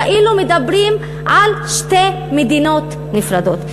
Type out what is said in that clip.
כאילו מדברים על שתי מדינות נפרדות.